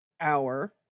Hour